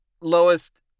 lowest